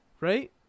right